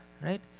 right